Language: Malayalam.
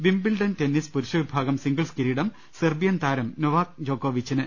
വിംബിൾഡൺ ടെന്നീസ് പുരുഷവിഭാഗം സിംഗിൾസ് കിരീടം സെർബി യൻ താരം നൊവാക്ക് ജോക്കോവിച്ചിന്